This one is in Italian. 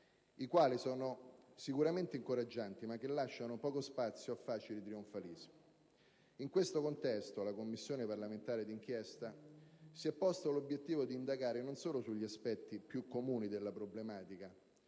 i quali sono sicuramente incoraggianti ma che lasciano poco spazio a facili trionfalismi. In questo contesto la Commissione parlamentare d'inchiesta si è posta l'obiettivo di indagare non solo sugli aspetti più comuni della problematica,